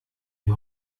wir